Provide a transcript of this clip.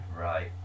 Right